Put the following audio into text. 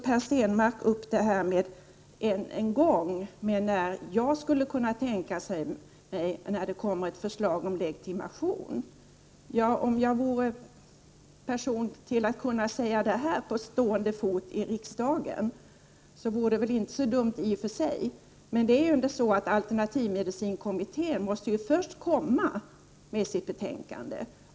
Per Stenmarck frågar ännu en gång om jag har någon uppfattning om när ett förslag om legitimation för den här gruppen kan tänkas komma. Det skulle i och för sig inte vara så dumt om jag vore den som på stående fot kunde säga det. Men nu är det så, att alternativmedicinkommittén först måste presentera sitt betänkande.